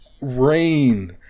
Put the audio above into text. rain